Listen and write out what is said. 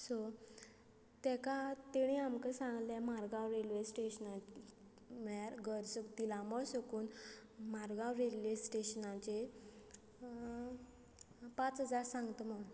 so ताका ताणी आमकां सांगलें मारगांव रेल्वे स्टेशन म्हळ्यार घर तिलामोळ साकून मारगांव रेल्वे स्टेशनाचेर पांच हजार सांगता म्हण